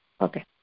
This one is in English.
Okay